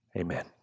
Amen